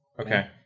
Okay